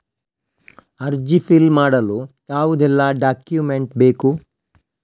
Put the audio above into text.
ಅರ್ಜಿ ಫಿಲ್ ಮಾಡಲು ಯಾವುದೆಲ್ಲ ಡಾಕ್ಯುಮೆಂಟ್ ಬೇಕು?